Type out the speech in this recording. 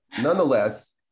Nonetheless